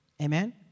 Amen